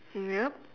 yup